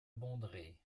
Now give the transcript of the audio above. bondrée